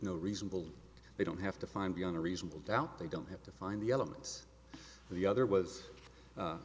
no reasonable they don't have to find beyond a reasonable doubt they don't have to find the elements the other was